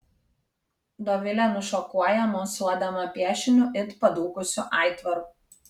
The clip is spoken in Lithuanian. dovilė nušokuoja mosuodama piešiniu it padūkusiu aitvaru